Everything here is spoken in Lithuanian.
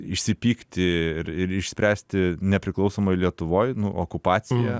išsipykti ir ir išspręsti nepriklausomoj lietuvoj nu okupaciją